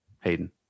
Hayden